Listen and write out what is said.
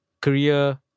career